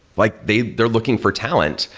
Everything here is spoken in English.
like they they are looking for talent.